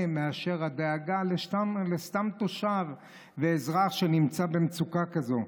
מאשר הדאגה לסתם תושב ואזרח שנמצא במצוקה כזאת.